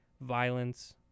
violence